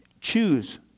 Choose